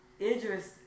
Idris